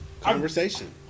Conversation